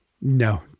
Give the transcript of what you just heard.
no